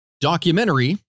documentary